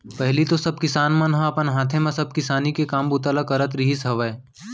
पहिली तो सब किसान मन ह अपन हाथे म सब किसानी के काम बूता ल करत रिहिस हवय